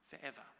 forever